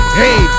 hey